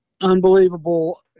unbelievable